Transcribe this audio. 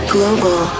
Global